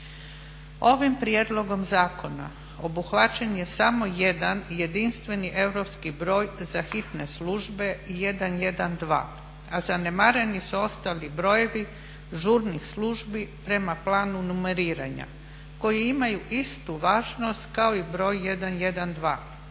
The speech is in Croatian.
Ovim prijedlogom zakona obuhvaćen je samo jedan i jedinstveni europski broj za hitne službe 112 a zanemareni su ostali brojevi žurnih službi prema planu numeriranja koji imaju istu važnost kao i broj 112.